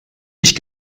ich